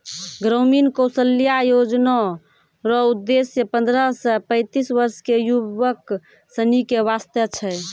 ग्रामीण कौशल्या योजना रो उद्देश्य पन्द्रह से पैंतीस वर्ष के युवक सनी के वास्ते छै